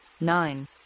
nine